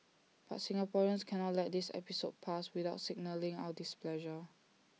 but Singaporeans cannot let this episode pass without signalling our displeasure